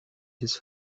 his